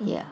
ya